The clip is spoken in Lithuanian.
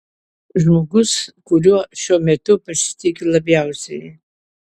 žmogus kuriuo šiuo metu pasitikiu labiausiai